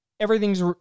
Everything's